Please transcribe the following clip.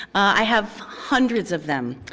i have hundreds of them.